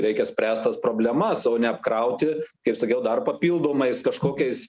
reikia spręst tas problemas o neapkrauti kaip sakiau dar papildomais kažkokiais